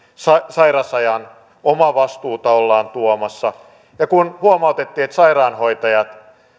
sairasajan omavastuuta ollaan tuomassa ja kun huomautettiin että sairaanhoitajat